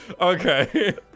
Okay